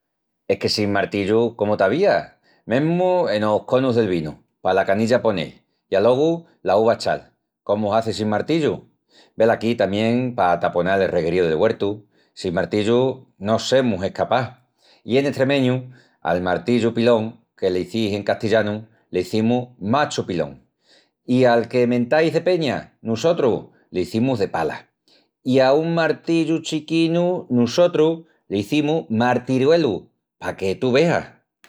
Es que sin martillu cómu t'avías? Mesmu enos conus del vinu, pala canilla ponel i alogu la uva echal, cómu hazis sin martillu? Velaquí tamién pa ataponal el regueríu del güertu. Sin martillu no semus escapás. I en estremeñu al martillu pilón que l'izís en castillanu l'izimus machu pilón; i al que mentais de peña, nusotrus l'izimus de pala; i a un martillu chiquinu nusotrus l'izimus martiruelu, paque tú veas.